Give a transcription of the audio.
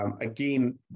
Again